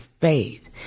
faith